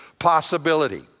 possibility